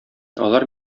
алар